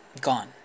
gone